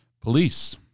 Police